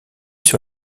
sur